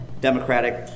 democratic